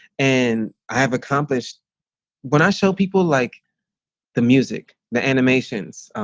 and i have accomplished when i show people like the music, the animations,